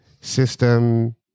system